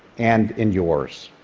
and in yours.